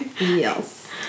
yes